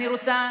אני רוצה